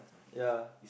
ya